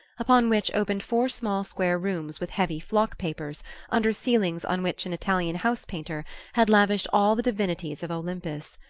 upon which opened four small square rooms with heavy flock-papers under ceilings on which an italian house-painter had lavished all the divinities of olympus.